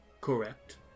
correct